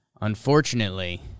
Unfortunately